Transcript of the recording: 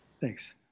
Thanks